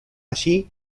allí